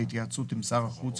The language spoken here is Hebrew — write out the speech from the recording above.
בהתייעצות עם שר החוץ,